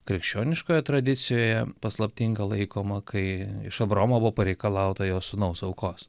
krikščioniškoje tradicijoje paslaptinga laikoma kai iš abraomo buvo pareikalauta jo sūnaus aukos